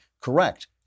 correct